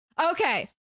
Okay